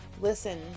listen